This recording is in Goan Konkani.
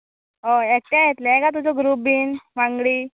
हय एकटें येतलें काय तुजो ग्रुप बीन वांगडी